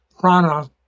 prana